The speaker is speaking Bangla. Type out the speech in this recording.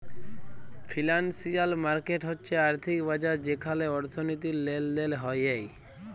ফিলান্সিয়াল মার্কেট হচ্যে আর্থিক বাজার যেখালে অর্থনীতির লেলদেল হ্য়েয়